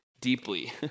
deeply